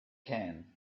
can